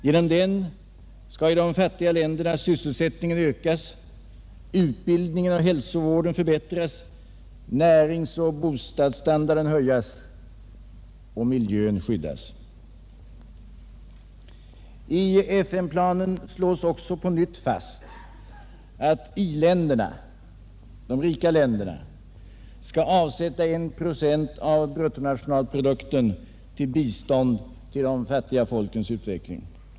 Genom den skall sysselsättningen ökas i de fattiga länderna, utbildningen och hälsovården förbättras, närings och bostadsstandarden höjas och miljön skyddas. I FN-planen slås ocksä på nytt fast att i-länderna, de rika länderna, skall avsätta en procent av bruttonationalprodukten till bistånd till de fattiga folkens utveckling.